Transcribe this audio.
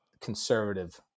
conservative